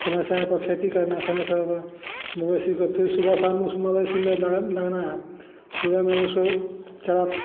समय समय पर खेती करना समय समय पर मवेशी को फिर सुबह शाम उस मवेशी में लान लाना है सुबह में उसको चारा